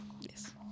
Yes